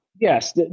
yes